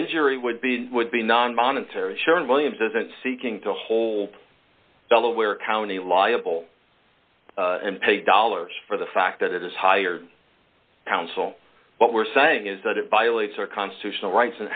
injury would be would be non monetary sharon williams isn't seeking to hold delaware county liable and pay dollars for the fact that it has hired counsel what we're saying is that it violates our constitutional rights and